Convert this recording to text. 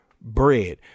bread